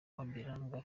ombolenga